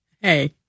Hey